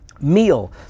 meal